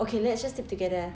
okay let's just sleep together